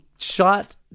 shot